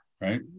right